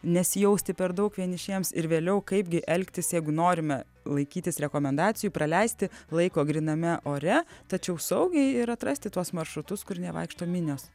nesijausti per daug vienišiems ir vėliau kaipgi elgtis jeigu norime laikytis rekomendacijų praleisti laiko gryname ore tačiau saugiai ir atrasti tuos maršrutus kur nevaikšto minios